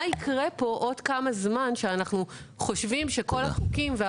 מה יקרה פה עוד כמה זמן שאנחנו חושבים שכל החוקים,